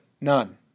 None